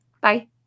Bye